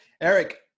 Eric